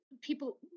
people